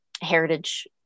heritage